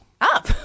Up